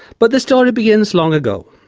but the story begins long ago.